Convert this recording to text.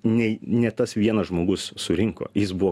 nei ne tas vienas žmogus surinko jis buvo